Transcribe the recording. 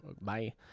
bye